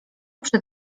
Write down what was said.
przed